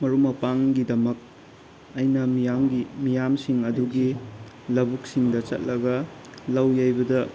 ꯃꯔꯨꯞ ꯃꯄꯥꯡꯒꯤꯗꯃꯛ ꯑꯩꯅ ꯃꯤꯌꯥꯝꯒꯤ ꯃꯤꯌꯥꯝꯁꯤꯡ ꯑꯗꯨꯒꯤ ꯂꯧꯕꯨꯛꯁꯤꯡꯗ ꯆꯠꯂꯒ ꯂꯧ ꯌꯩꯕꯗ